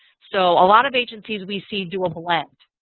so a lot of agencies we see do a blend.